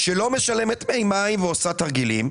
לא משלמת דמי מים ועושה תרגילים,